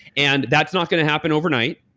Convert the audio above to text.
and that's not going to happen overnight.